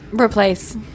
Replace